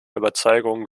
überzeugungen